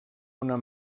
una